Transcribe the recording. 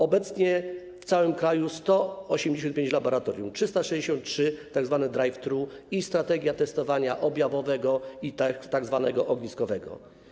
Obecnie w całym kraju 185 laboratoriów, 363 tzw. drive-thru i strategia testowania objawowego i tzw. ogniskowego.